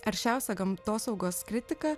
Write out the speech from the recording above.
aršiausią gamtosaugos kritiką